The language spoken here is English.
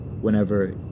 Whenever